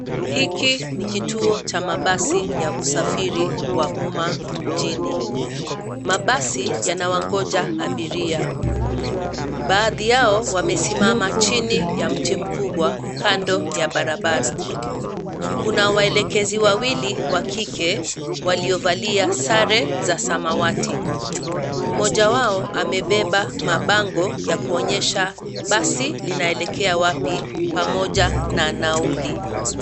Hiki ni kituo cha mabasi ya usafiri wa umma mjini. Mabasi yanawangoja abiria. Baadhi yao wamesimama chini ya mti mkubwa, kando ya barabara. Kuna waelekezi wawili wa kike, waliovalia sare za samawati. Mmoja wao amebeba mabango ya kuonyesha basi linaelekea wapi pamoja na nauli.